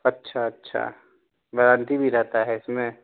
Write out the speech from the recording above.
اچھا اچھا وارنٹی بھی رہتا ہے اس میں